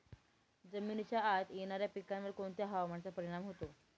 जमिनीच्या आत येणाऱ्या पिकांवर कोणत्या हवामानाचा परिणाम होतो?